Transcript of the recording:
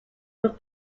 would